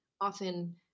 often –